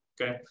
okay